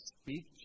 speak